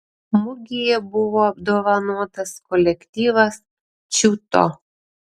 mugėje buvo apdovanotas kolektyvas čiūto